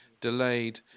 delayed